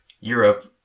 Europe